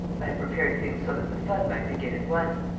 i had prepared things so that the fun might begin at once.